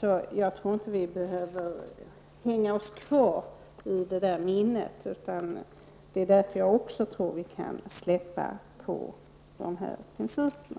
Jag tror därför inte att vi behöver hänga oss kvar i detta minne. Det är därför som jag tror att vi kan släppa på dessa principer.